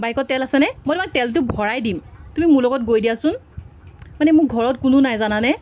বাইকৰ তেল আছেনে মই তোমাক তেলটো ভৰাই দিম তুমি মোৰ লগত গৈ দিয়াচোন মানে মোৰ ঘৰত কোনো নাই জানানে